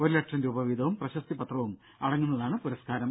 ഒരു ലക്ഷം രൂപ വീതവും പ്രശസ്തി പത്രവും അടങ്ങുന്നതാണ് പുരസ്കാരം